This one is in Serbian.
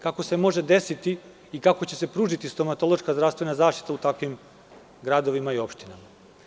Kako se može desiti i kako će se pružiti stomatološka zdravstvena zaštita u takvim gradovima i opštinama?